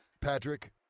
Patrick